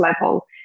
level